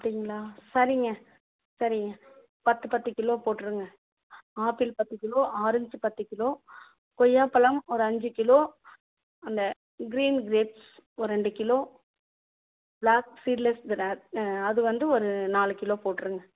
அப்படிங்களா சரிங்க சரிங்க பத்து பத்து கிலோ போட்டுருங்க ஆப்பிள் பத்து கிலோ ஆரஞ்சு பத்து கிலோ கொய்யாப்பழம் ஒரு அஞ்சு கிலோ அந்த கிரீன் கிரேப்ஸ் ஒரு ரெண்டு கிலோ ப்ளாக் சீட்லெஸ் கிராப் அது வந்து ஒரு நாலு கிலோ போட்டுருங்க